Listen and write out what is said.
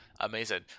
Amazing